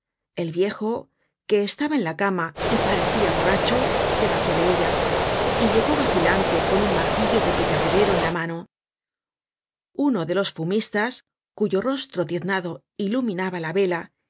el viejo que estaba en la cama y parecia borracho se bajó de ella y llegó vacilante con un martillo de picapedrero en la mano uno de los fumistas cuyo rostro tiznado iluminaba la vela